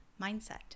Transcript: mindset